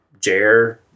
Jair